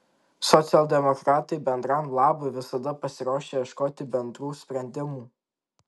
socialdemokratai bendram labui visada pasiruošę ieškoti bendrų sprendimų